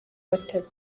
batatu